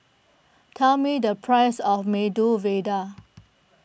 tell me the price of Medu Vada